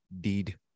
deed